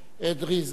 סגן היושב-ראש,